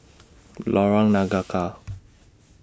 Lorong Nangka